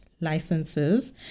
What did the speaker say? licenses